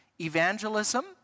evangelism